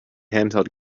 handheld